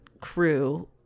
crew